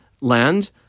land